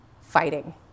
fighting